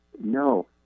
No